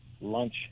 lunch